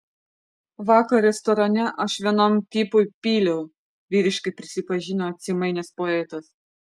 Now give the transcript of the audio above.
vakar restorane aš vienam tipui pyliau vyriškai prisipažino atsimainęs poetas